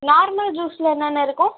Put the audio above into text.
normal ஜூஸில் என்னென்ன இருக்கும்